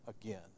again